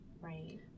Right